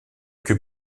que